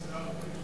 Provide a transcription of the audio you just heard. אין שר בישיבה.